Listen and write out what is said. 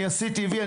אני עשיתי וי,